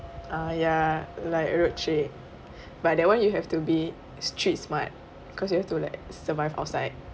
uh ya like road trip but that one you have to be street smart cause you have to like survive outside